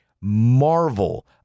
marvel